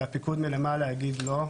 והפיקוד מלמעלה יגיד לא,